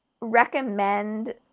recommend